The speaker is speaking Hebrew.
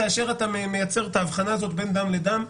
כאשר אתה מייצר את ההבחנה הזאת בין דם לדם,